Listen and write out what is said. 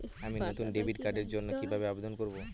আমি নতুন ডেবিট কার্ডের জন্য কিভাবে আবেদন করব?